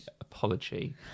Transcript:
apology